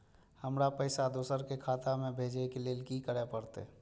हमरा पैसा दोसर के खाता में भेजे के लेल की करे परते?